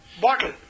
bottle